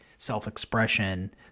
self-expression